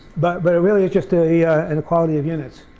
but but it really is just ah yeah an equality of units.